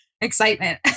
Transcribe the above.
excitement